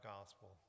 gospel